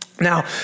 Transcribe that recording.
Now